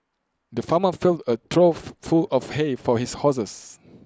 the farmer filled A trough full of hay for his horses